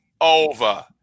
over